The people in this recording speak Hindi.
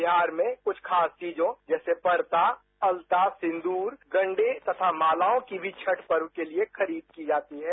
बिहार में कुछ खास चीजों जैसे परता अलता सिंदूर गंडे तथा मालाओं की भी छठ पर्व के लिए खरीद की जाती है